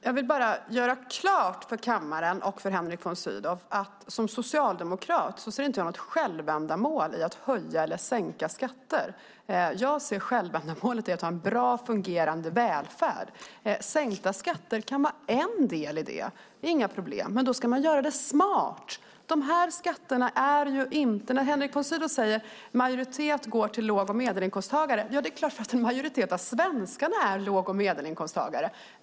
Fru talman! Jag vill göra klart för kammaren och Henrik von Sydow att jag som socialdemokrat inte ser något självändamål med att höja eller sänka skatter. Jag ser ett ändamål med att ha en bra och fungerande välfärd. Sänkta skatter kan vara en del i det, men då ska man göra det smart. Henrik von Sydow säger att den största delen går till låg och medelinkomsttagare. Det är klart. En majoritet av svenskarna är ju låg och medelinkomsttagare.